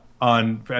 on